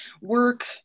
work